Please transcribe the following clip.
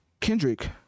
Kendrick